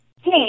Hey